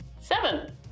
Seven